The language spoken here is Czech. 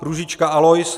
Růžička Alois